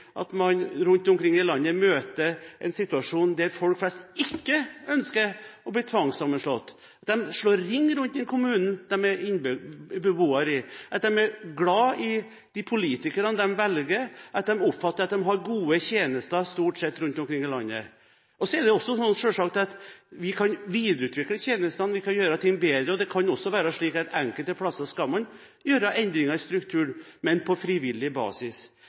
at man rundt omkring i landet møter en situasjon der folk flest ikke ønsker å bli tvangssammenslått. De slår ring rundt kommunen de er beboere i, de er glad i de politikerne de velger, de oppfatter at de har gode tjenester stort sett rundt omkring i landet. Og så kan vi selvsagt videreutvikle tjenestene, vi kan gjøre ting bedre, og det kan også være slik at enkelte steder skal man gjøre endringer i struktur, men på frivillig basis.